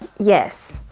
yes.